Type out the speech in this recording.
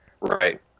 Right